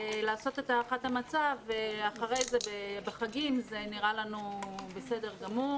לעשות את הערכת המצב בחגים זה נראה לנו בסדר גמור